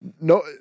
no